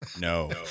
No